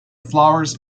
flowers